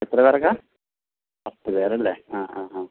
എത്രപേർക്കാ പത്ത് പേരല്ലേ ആ ആ ആ